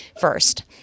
first